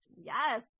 yes